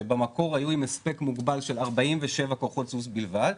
שבמקור היו עם הספק מוגבל של 47 כוחות סוס בלבד,